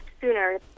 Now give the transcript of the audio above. sooner